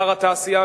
שר התעשייה,